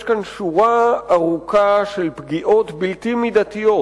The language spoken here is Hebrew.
יש כאן שורה ארוכה של פגיעות בלתי מידתיות